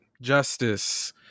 justice